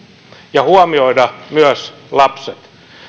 ja huomioida myös lapset